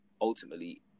ultimately